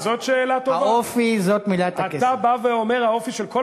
יש מינימום של המינימום.